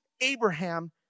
Abraham